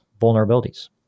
vulnerabilities